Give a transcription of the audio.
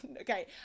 Okay